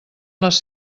les